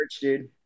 dude